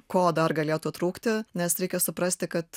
ko dar galėtų trūkti nes reikia suprasti kad